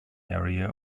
arena